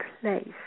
place